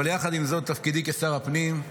אבל יחד עם זאת, תפקידי כשר הפנים,